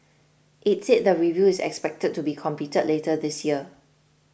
it said the review is expected to be completed later this year